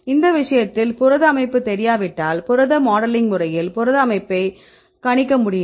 இந்த விஷயத்தில் புரத அமைப்பு தெரியாவிட்டால் புரத மாடலிங் முறையில் புரத அமைப்பை கணிக்க முடியுமா